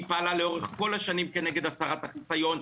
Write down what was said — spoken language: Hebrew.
היא פעלה לאורך כל השנים כנגד הסרת החיסיון,